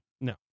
No